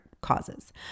causes